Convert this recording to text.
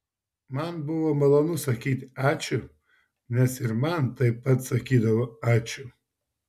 man buvo malonu sakyti ačiū nes ir man taip pat sakydavo ačiū